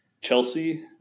Chelsea